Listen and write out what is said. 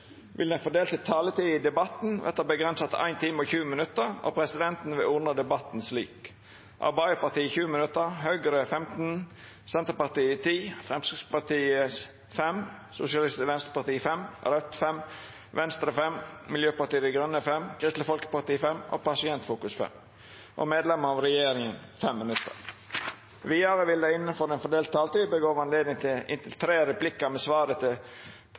vil den fordelte taletida i debatten verta avgrensa til 1 time og 20 minutt, og presidenten vil ordna debatten slik: Arbeidarpartiet 20 minutt, Høgre 15 minutt, Senterpartiet 10 minutt, Framstegspartiet 5 minutt, Sosialistisk Venstreparti 5 minutt, Raudt 5 minutt, Venstre 5 minutt, Miljøpartiet Dei Grøne 5 minutt, Kristeleg Folkeparti 5 minutt, Pasientfokus 5 minutt og medlemer av regjeringa 5 minutt. Vidare vil det – innanfor den fordelte taletida – verta gjeve anledning til inntil tre replikkar med